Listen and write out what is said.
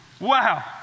Wow